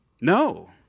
No